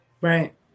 right